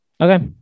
Okay